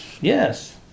Yes